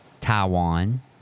Taiwan